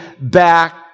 back